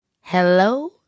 Hello